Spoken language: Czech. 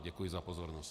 Děkuji za pozornost.